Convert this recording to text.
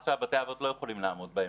מס שבתי האבות לא יכולים לעמוד בהם.